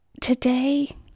Today